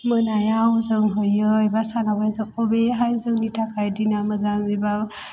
मोनायाव जों होयो एबा सानाबो होयो अबेहाय जोंनि थाखाय दिना मोजां एबा